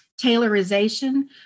tailorization